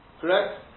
correct